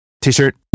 T-shirt